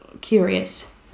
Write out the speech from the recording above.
curious